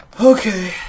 okay